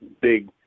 big